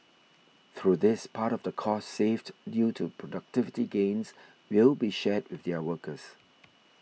through this part of the costs saved due to productivity gains will be shared with their workers